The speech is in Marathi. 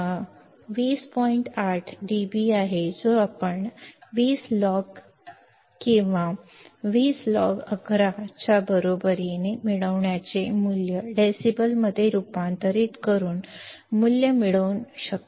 8 dB आहे जो आपण 20 log गेन किंवा 20 log च्या बरोबरीने मिळवण्याचे मूल्य डेसिबलमध्ये रूपांतरित करून मूल्य मिळवून मिळवू शकता